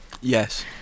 Yes